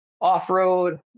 off-road